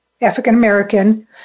African-American